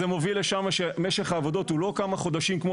זה מוביל לזה שמשך העבודות הוא לא כמה חודשים כמו